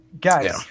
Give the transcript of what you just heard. guys